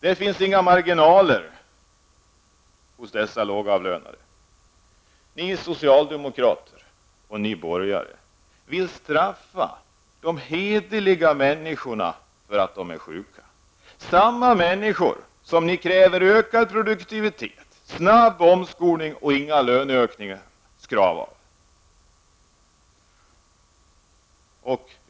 Där finns inga marginaler för de lågavlönade. Ni socialdemokrater och borgare vill straffa alla hederliga människor därför att de är sjuka, samma människor som ni kräver ökad produktivitet, snabb omskolning och låga löneökningsanspråk av.